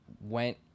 went